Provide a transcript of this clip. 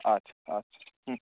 আচ্ছা আচ্ছা হুম